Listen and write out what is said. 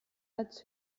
als